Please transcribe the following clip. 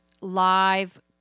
live